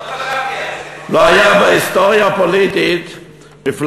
לא חשבתי על זה.